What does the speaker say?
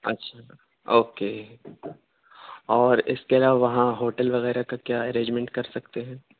اچھا او کے اور اِس کے علاوہ وہاں ہوٹل وغیرہ کا کیا ارجمینٹ کر سکتے ہیں